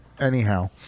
anyhow